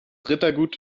rittergut